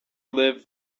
live